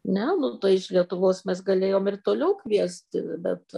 ne nu tai iš lietuvos mes galėjom ir toliau kviesti bet